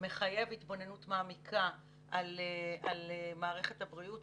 מחייב התבוננות מעמיקה על מערכת הבריאות,